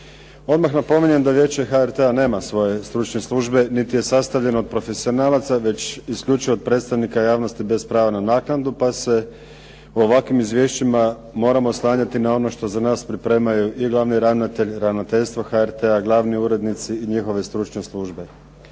Odmah napominjem da Vijeće HRT-a nema svoje stručne službe niti je sastavljeno od profesionalaca već isključivo od predstavnika javnosti bez prava na naknadu pa se u ovakvim izvješćima moramo oslanjati na ono što za nas pripremaju i glavni ravnatelj, Ravnateljstvo HRT-a, glavni urednici i njihove stručne službe.